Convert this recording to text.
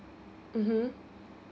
mmhmm